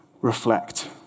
reflect